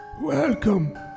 Welcome